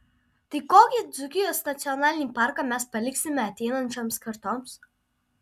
tai kokį dzūkijos nacionalinį parką mes paliksime ateinančioms kartoms